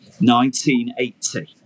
1980